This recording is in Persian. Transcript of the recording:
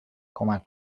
کمک